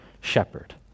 shepherd